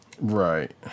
right